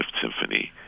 Symphony